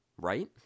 right